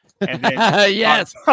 Yes